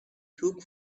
took